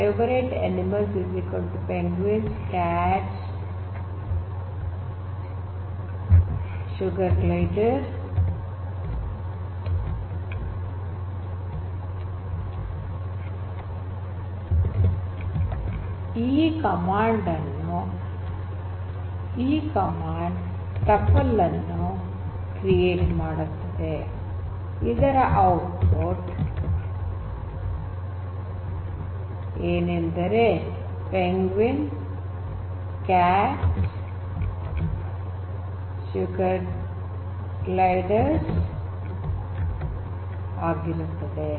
myfavouriteanimals "penguins" "cats" "sugargliders" ಈ command tuple ಅನ್ನು create ಮಾಡುತ್ತದೆ ಇದರ ಔಟ್ಪುಟ್ ಏನೆಂದರೆ penguins cats sugargliders ಆಗಿರುತ್ತದೆ